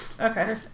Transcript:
Okay